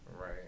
Right